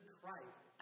Christ